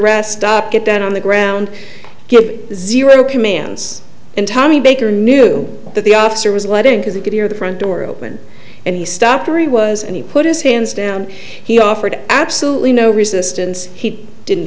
arrest stop get that on the ground zero commands in tommy baker knew that the officer was letting because he could hear the front door open and he stopped three was and he put his hands down he offered absolutely no resistance he didn't